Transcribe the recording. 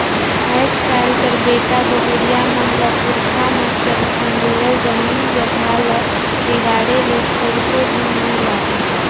आएज काएल कर बेटा बहुरिया मन ल पुरखा मन कर संजोरल जमीन जगहा ल बिगाड़े ले थोरको दिन नी लागे